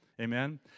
Amen